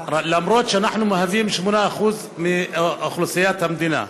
למרות שאנחנו מהווים 8% מאוכלוסיית המדינה,